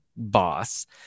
boss